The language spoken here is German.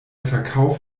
verkauf